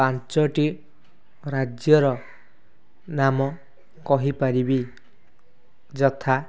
ପାଞ୍ଚଟି ରାଜ୍ୟର ନାମ କହିପାରିବି ଯଥା